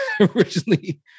originally